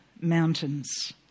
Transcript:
mountains